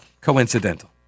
coincidental